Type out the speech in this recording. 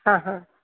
ಹಾಂ ಹಾಂ